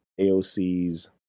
AOC's